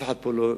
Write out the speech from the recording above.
אף אחד פה לא,